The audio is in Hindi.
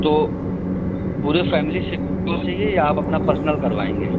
तो पूरी फैमिली से होगी या आप अपना पर्सनल करवाएंगे